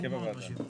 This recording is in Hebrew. הרכב הוועדה.